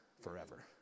forever